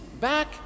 back